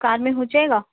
کار میں ہو جائے گا